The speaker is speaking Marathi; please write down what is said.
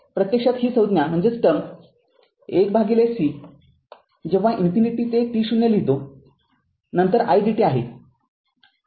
प्रत्यक्षात ही संज्ञा १c जेव्हा इन्फिनिटी ते t0 लिहितो नंतर idt आहे